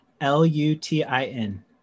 L-U-T-I-N